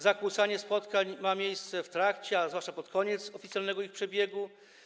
Zakłócanie spotkań ma miejsce w trakcie, a zwłaszcza pod koniec oficjalnego ich przebiegu.